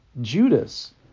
Judas